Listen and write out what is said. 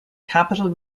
capital